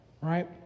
right